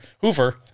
Hoover